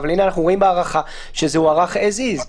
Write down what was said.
אבל הנה אנחנו רואים בהארכה שזה הוארך as is.